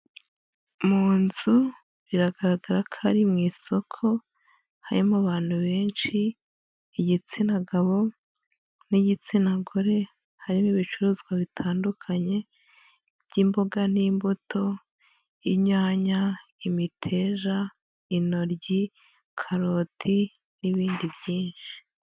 Mu nzu biragaragara ko ari mu isoko harimo abantu benshi igitsina gabo n'igitsina gore, harimo ibicuruzwa bitandukanye by'imboga n'imbuto, inyanya, imiteja, intoryi, karoti n'ibindi byinshi.